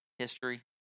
History